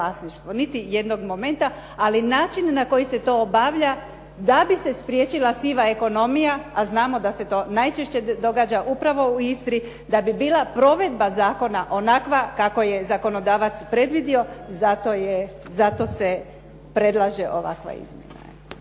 niti jednog momenta. Ali način na koji se to obavlja da bi se spriječila siva ekonomija, a znamo da se to najčešće događa upravo u Istri, da bi bila provedba zakona onakva kako je zakonodavac predvidio zato se predlaže ovakva izmjena.